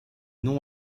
nom